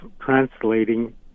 translating